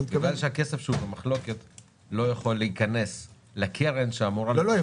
בגלל שהכסף שהוא במחלוקת לא יכול להיכנס לקרן שאמורה --- לא,